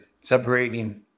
separating